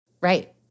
Right